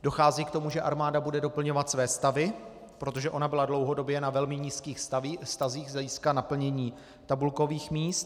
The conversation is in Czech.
Dochází k tomu, že armáda bude doplňovat své stavy, protože ona byla dlouhodobě na velmi nízkých stavech z hlediska naplnění tabulkových míst.